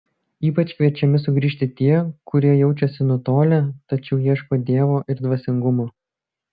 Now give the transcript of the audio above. ypač kviečiami sugrįžti tie kurie jaučiasi nutolę tačiau ieško dievo ir dvasingumo